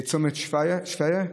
צופת שפיה,